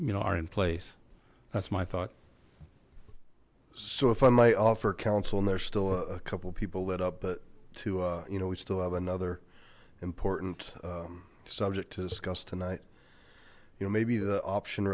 you know are in place that's my thought so if i might offer counsel and there's still a couple people that up but to you know we still have another important subject to discuss tonight you know maybe the option